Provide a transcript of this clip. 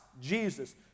Jesus